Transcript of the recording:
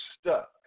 stuck